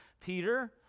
Peter